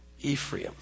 Ephraim